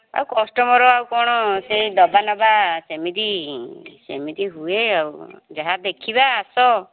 ଆଉ କଷ୍ଟମର୍ ଆଉ କ'ଣ ସେଇ ଦେବା ନେବା ସେମିତି ସେମିତି ହୁଏ ଆଉ ଯାହା ଦେଖିବା ଆସ